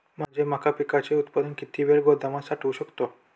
माझे मका पिकाचे उत्पादन किती वेळ गोदामात साठवू शकतो?